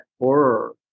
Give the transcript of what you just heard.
horror